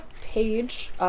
page